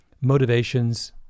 motivations